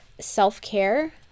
self-care